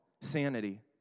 sanity